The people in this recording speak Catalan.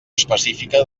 específica